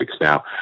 now